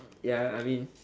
ya I mean